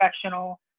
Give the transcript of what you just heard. professional